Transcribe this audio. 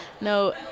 no